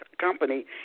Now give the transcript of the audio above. company